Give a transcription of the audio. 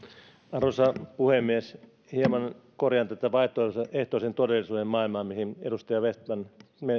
arvoisa puhemies hieman korjaan tätä vaihtoehtoisen todellisuuden maailmaa mihin edustaja vestman